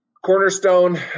Cornerstone